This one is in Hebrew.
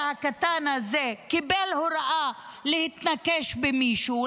הקטן הזה קיבל הוראה להתנקש במישהו,